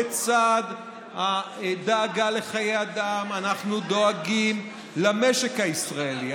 לצד הדאגה לחיי אדם אנחנו דואגים למשק הישראלי.